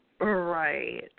Right